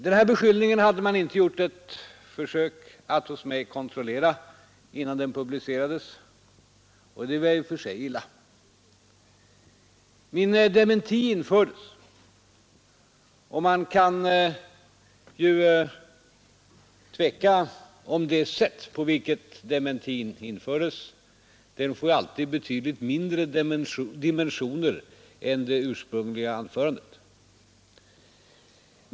Denna beskyllning hade man inte gjort ett försök att hos mig kontrollera innan den publicerades, och det är väl i och för sig illa. Min dementi infördes, och man kan ju tveka om det sätt på vilket dementin infördes. En dementi får alltid betydligt mindre dimensioner än den ursprungliga artikeln.